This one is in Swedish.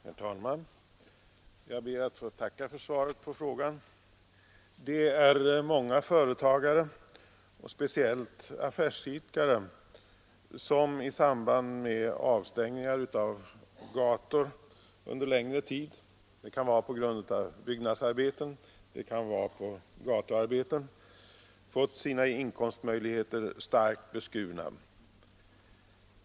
Herr talman! Jag ber att få tacka för svaret på frågan. Det är många företagare och speciellt affärsidkare som i samband med avstängningar av gator under längre tid — det kan vara på grund av byggnadsarbeten och det kan vara på grund av gatuarbeten — fått sina inkomstmöjligheter starkt beskurna.